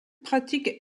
pratique